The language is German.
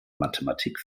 mathematik